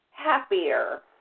happier